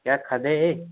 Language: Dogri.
केह् आक्खा दे हे